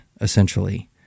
essentially